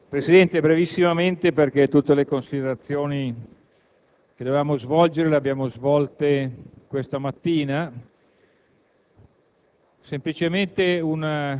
Presidente, sarò molto breve perché tutte le considerazioni che dovevamo svolgere le abbiamo già fatte questa mattina.